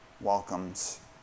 welcomes